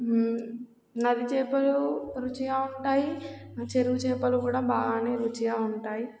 నది చేపలు రుచిగా ఉంటాయి చెరువు చేపలు కూడా బాగానే రుచిగా ఉంటాయి